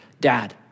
dad